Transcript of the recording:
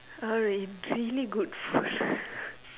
I really good food